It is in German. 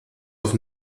auf